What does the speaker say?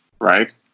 right